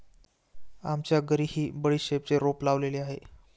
आमच्या घरीही बडीशेपचे रोप लावलेले आहे